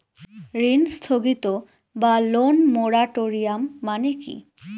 ঋণ স্থগিত বা লোন মোরাটোরিয়াম মানে কি?